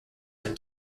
him